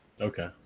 okay